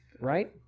Right